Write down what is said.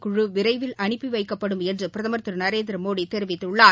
குழு விரைவில் அனுப்பிவைக்கப்படும் என்று பிரதமர் திருநரேந்திரமோடிதெரிவித்துள்ளார்